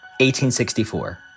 1864